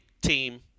team